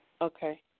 Okay